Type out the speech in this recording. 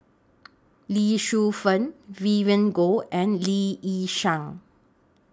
Lee Shu Fen Vivien Goh and Lee Yi Shyan